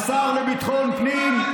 השר לביטחון הפנים,